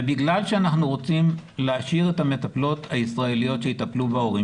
בגלל שאנחנו רוצים להשאיר את המטפלות הישראליות שיטפלו בהורים